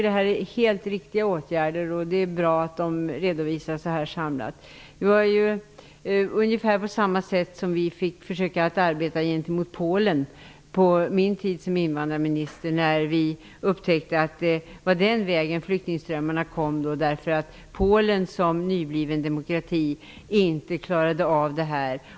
Det är helt riktiga åtgärder, och det är bra att de redovisas samlat på det här viset. Vi försökte tidigare, på min tid som invandrarminister, att arbeta på ungefär samma sätt gentemot Polen, när vi upptäckte att det var den vägen flyktingströmmarna kom, eftersom Polen som nybliven deomkrati inte klarade av detta.